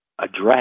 address